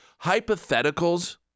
hypotheticals